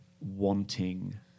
wanting